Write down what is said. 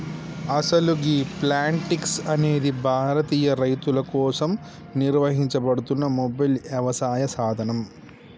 అసలు గీ ప్లాంటిక్స్ అనేది భారతీయ రైతుల కోసం నిర్వహించబడుతున్న మొబైల్ యవసాయ సాధనం